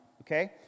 okay